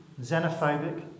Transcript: xenophobic